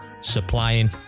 supplying